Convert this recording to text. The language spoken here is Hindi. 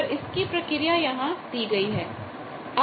पर इसकी प्रक्रिया यहां दी गई है